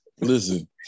Listen